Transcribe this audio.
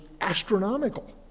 astronomical